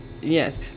Yes